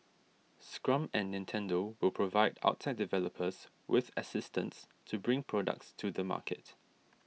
Scrum and Nintendo will provide outside developers with assistance to bring products to the market